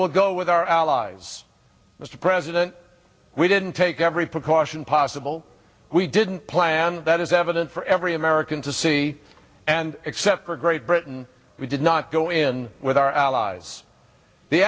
will go with our allies mr president we didn't take every precaution possible we didn't plan that is evident for every american to see and except for great britain we did not go in with our allies the